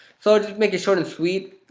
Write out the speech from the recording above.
so just make it short and sweet,